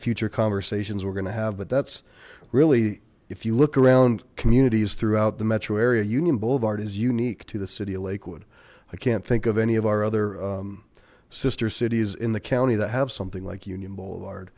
future conversations we're gonna have but that's really if you look around communities throughout the metro area union boulevard is unique to the city of lakewood i can't think of any of our other sister cities in the county that have something like union boulevard